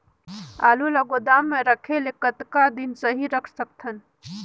आलू ल गोदाम म रखे ले कतका दिन सही रख सकथन?